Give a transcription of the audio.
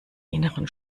inneren